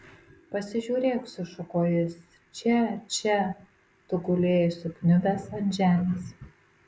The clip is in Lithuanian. pasižiūrėk sušuko jis čia čia tu gulėjai sukniubęs ant žemės